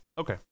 Okay